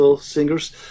singers